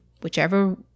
whichever